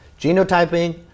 Genotyping